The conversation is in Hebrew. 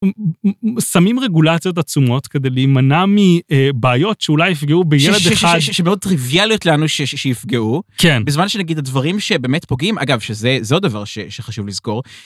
שמים רגולציות עצומות כדי להימנע מבעיות שאולי יפגעו בילד אחד. שמאוד טריוויאליות לנו שיפגעו, בזמן שנגיד הדברים שבאמת פוגעים אגב שזה זה עוד דבר שחשוב לזכור.